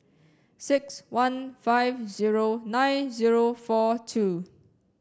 six one five zero nine zero four two